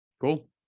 Cool